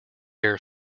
air